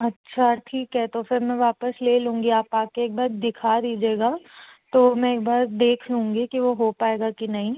अच्छा ठीक है तो फिर मैं वापस ले लूँगी आप आके एक बार दिखा दीजिएगा तो मैं एक बार देख लूँगी कि वो हो पाएगा कि नहीं